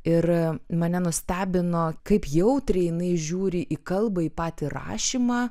ir mane nustebino kaip jautriai jinai žiūri į kalbą į patį rašymą